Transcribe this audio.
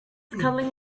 cuddling